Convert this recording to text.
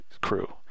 crew